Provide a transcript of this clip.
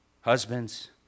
Husbands